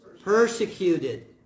persecuted